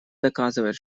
доказывает